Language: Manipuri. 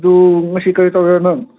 ꯑꯗꯨ ꯉꯁꯤ ꯀꯔꯤ ꯇꯧꯒꯦꯔ ꯅꯪ